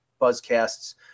buzzcasts